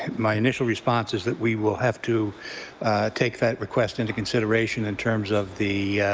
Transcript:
my initial response is that we will have to take that request into consideration in terms of the